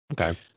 okay